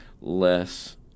less